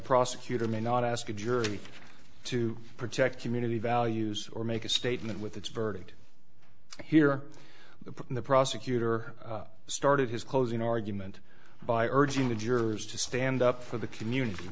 prosecutor may not ask a jury to protect community values or make a statement with its verdict here but in the prosecutor started his closing argument by urging the jurors to stand up for the community